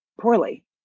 poorly